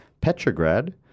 Petrograd